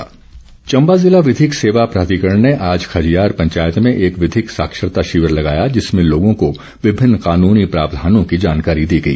विधिक साक्षरता चम्बा जिला विधिक सेवा प्राधिकरण ने आज खजियार पंचायत में एक विधिक साक्षरता शिविर लगाया जिसमें लोगों को विभिन्न कानुनी प्रावधानों की जानकारी दी गई